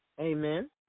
Amen